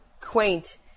quaint